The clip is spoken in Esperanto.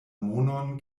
monon